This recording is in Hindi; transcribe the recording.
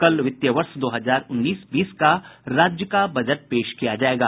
कल वित्त वर्ष दो हजार उन्नीस बीस का राज्य का बजट पेश किया जायेगा